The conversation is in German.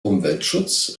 umweltschutz